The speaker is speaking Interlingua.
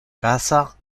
casa